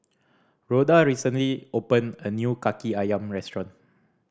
Rhoda recently opened a new Kaki Ayam restaurant